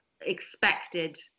expected